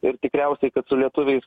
ir tikriausiai kad su lietuviais